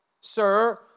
sir